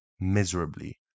miserably